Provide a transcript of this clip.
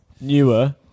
Newer